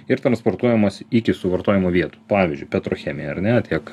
ir transportuojamas iki suvartojimo vietų pavyzdžiui petrochemija ar ne tiek